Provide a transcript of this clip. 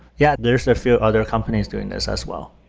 yeah, there're a few other companies doing this as well.